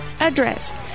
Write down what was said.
address